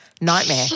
nightmare